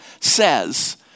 says